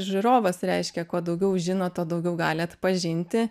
žiūrovas reiškia kuo daugiau žino tuo daugiau gali atpažinti